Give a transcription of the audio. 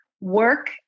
work